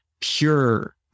pure